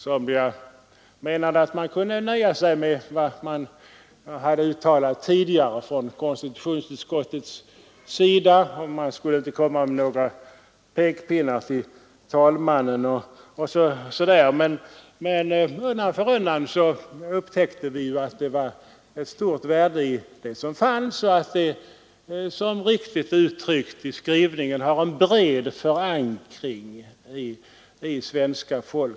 Somliga menade att man kunde nöja sig med vad som hade uttalats tidigare från konstitutionsutskottets sida och att man inte skulle komma med några pekpinnar till talmannen osv. Men undan för undan upptäckte vi ju att det var ett stort värde i vad som fanns och att det, som riktigt uttrycks i skrivningen, ”har fått en bred förankring hos allmänheten”.